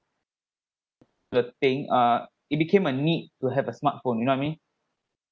the thing uh it became a need to have a smartphone you know I mean